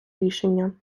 рішення